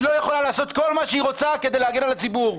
היא לא יכולה לעשות כל מה שהיא רוצה כדי להגן על הציבור.